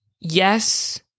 Yes